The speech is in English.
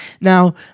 Now